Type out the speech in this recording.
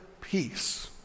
peace